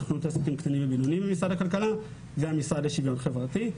הסוכנות לעסקים קטנים ובינוניים במשרד הכלכלה והמשרד לשוויון חברתי.